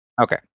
okay